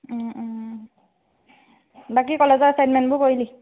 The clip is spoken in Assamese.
বাকী কলেজৰ এচাইনমেণ্টবোৰ কৰিলি